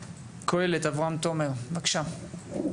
קהלת, אברהם תומר, בבקשה.